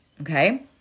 Okay